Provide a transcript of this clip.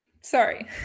sorry